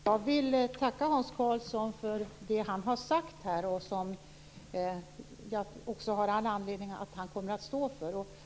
Herr talman! Jag vill tacka Hans Karlsson för det han har sagt här och som jag har all anledning att tro att han kommer att stå för.